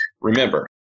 remember